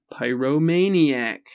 pyromaniac